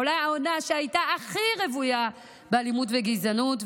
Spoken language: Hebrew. אולי העונה שהייתה הכי רוויה באלימות ובגזענות,